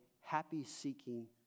happy-seeking